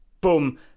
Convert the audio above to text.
boom